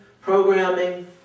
programming